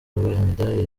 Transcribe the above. imidali